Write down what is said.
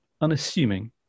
unassuming